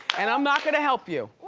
and i'm not gonna help you.